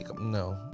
No